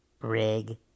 rig